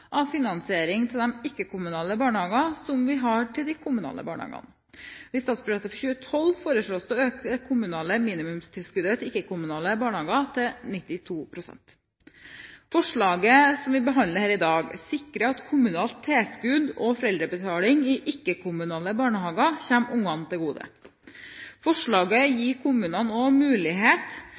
av finansiering av de ikke-kommunale barnehagene som vi har til de kommunale barnehagene. I statsbudsjettet for 2012 foreslås det å øke det kommunale minimumstilskuddet til ikke-kommunale barnehager til 92 pst. Forslaget som vi behandler her i dag, sikrer at kommunalt tilskudd og foreldrebetaling i ikke-kommunale barnehager kommer ungene til gode. Forslaget gir også kommunene mulighet